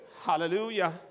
Hallelujah